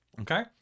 okay